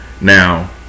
Now